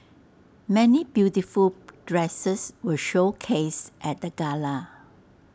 many beautiful dresses were showcased at the gala